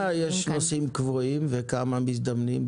כמה נוסעים קבועים יש וכמה מזדמנים?